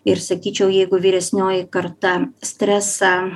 ir sakyčiau jeigu vyresnioji karta stresą